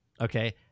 Okay